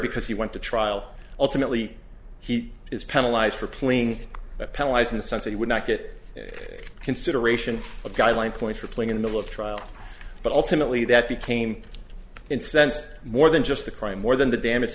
because he went to trial ultimately he is penalize for playing penalize in the sense that he would not get consideration for a guideline point for playing in the trial but ultimately that became incensed more than just the crime more than the damage